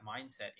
mindset